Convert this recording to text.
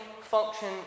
function